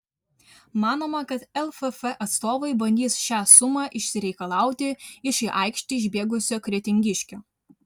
manoma kad lff atstovai bandys šią sumą išsireikalauti iš į aikštę išbėgusio kretingiškio